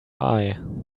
eye